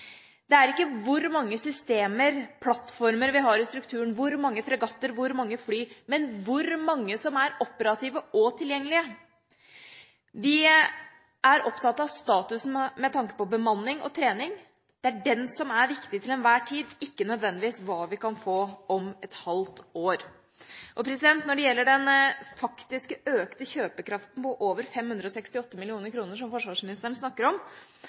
det? Det er ikke hvor mange systemer eller plattformer vi har i strukturen, hvor mange fregatter eller hvor mange fly, men hvor mange som er operative og tilgjengelige. Vi er opptatt av statusen med tanke på bemanning og trening. Det er den som er viktig til enhver tid – ikke nødvendigvis hva vi kan få om et halvt år. Når det gjelder den faktisk økte kjøpekraften på over 568 mill. kr som forsvarsministeren snakker om,